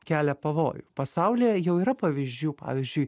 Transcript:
kelia pavojų pasaulyje jau yra pavyzdžių pavyzdžiui